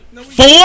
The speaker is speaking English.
Four